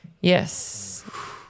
Yes